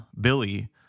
Billy